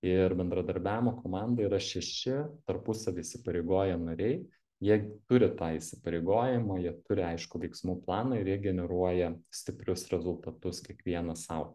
ir bendradarbiavimo komanda yra šeši tarpusavy įsipareigoję nariai jie turi tą įsipareigojimą jie turi aiškų veiksmų planą ir jie generuoja stiprius rezultatus kiekvienas sau